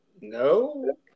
No